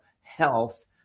health